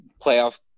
playoff